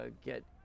get